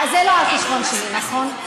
זה לא על החשבון שלי, נכון?